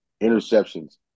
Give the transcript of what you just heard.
interceptions